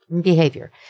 behavior